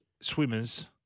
swimmers